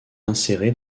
insérées